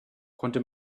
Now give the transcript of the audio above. konnte